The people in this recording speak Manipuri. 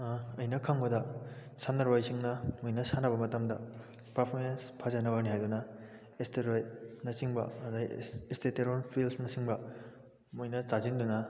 ꯑꯩꯅ ꯈꯪꯕꯗ ꯁꯥꯟꯅꯔꯣꯏꯁꯤꯡꯅ ꯃꯣꯏꯅ ꯁꯥꯟꯅꯕ ꯃꯇꯝꯗ ꯄꯥꯔꯐꯣꯔꯃꯦꯟꯁ ꯐꯖꯅꯕꯅꯤ ꯍꯥꯏꯗꯨꯅ ꯑꯦꯁꯇꯦꯔꯣꯏꯗꯅ ꯆꯤꯡꯕ ꯑꯗꯒꯤ ꯏꯁꯇꯦꯇꯦꯔꯣꯟ ꯄꯤꯜꯁꯅ ꯆꯤꯡꯕ ꯃꯣꯏꯅ ꯆꯥꯁꯤꯟꯗꯨꯅ